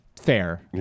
Fair